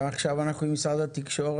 עכשיו אנחנו עם משרד התקשורת,